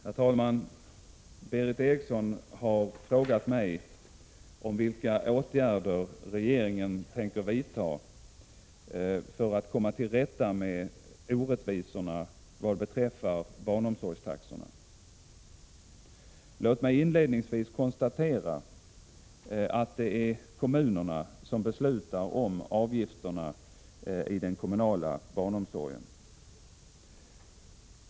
Öm b Herr talman! Berith Eriksson har frågat mig vilka åtgärder regeringen ED RENPIEDT SELENE orna tänker vidta för att komma till rätta med orättvisorna vad beträffar barnomsorgstaxorna. Låt mig inledningsvis konstatera att det är kommunerna som beslutar om avgifterna i den kommunala barnomsorgen.